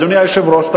אדוני היושב-ראש,